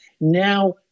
now